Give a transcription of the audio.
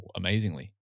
amazingly